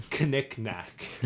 knick-knack